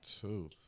Two